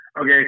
Okay